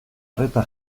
arreta